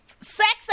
sex